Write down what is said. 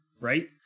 right